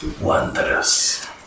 Wondrous